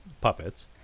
puppets